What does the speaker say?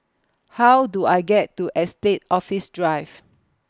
How Do I get to Estate Office Drive